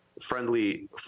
friendly